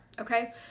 okay